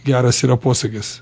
geras yra posakis